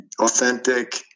authentic